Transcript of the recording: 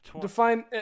define